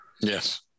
Yes